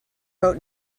coat